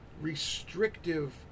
restrictive